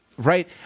Right